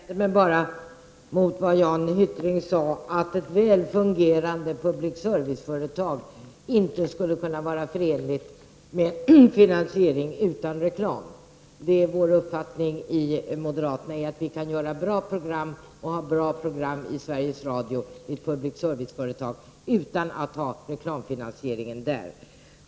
Fru talman! Jag vänder mig mot vad Jan Hyttring sade om att ett väl fungerande public service-företag inte skulle vara förenligt med finansiering utan reklam. Vår uppfattning i moderata samlingspartiet är att vi kan göra bra program och ha bra program i Sveriges Radio, ett public service-företag, utan att ha reklamfinansiering där.